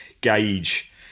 gauge